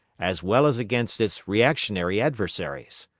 as well as against its reactionary adversaries?